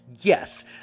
Yes